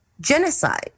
genocide